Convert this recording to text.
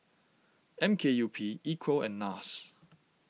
M K U P Equal and Nars